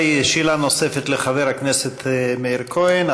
שאלה נוספת לחבר הכנסת מאיר כהן.